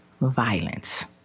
violence